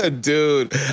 Dude